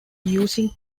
using